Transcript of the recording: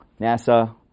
NASA